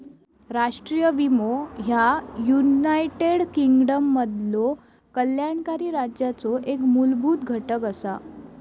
राष्ट्रीय विमो ह्या युनायटेड किंगडममधलो कल्याणकारी राज्याचो एक मूलभूत घटक असा